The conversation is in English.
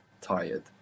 tired